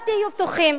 אבל תהיו בטוחים,